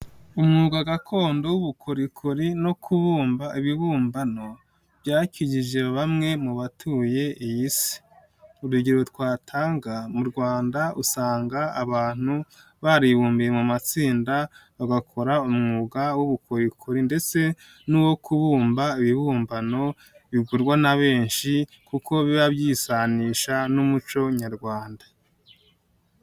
Umwuga gakondo w'ubukorikori no kubumba ibibumbano byakijije bamwe mu batuye iyi si, urugero twatanga mu Rwanda usanga abantu baribumbiye mu matsinda bagakora umwuga w'ubukorikori ndetse n'uwo kubumba ibibumbano bigurwa na benshi kuko biba byisanisha n'umuco nyarwanda.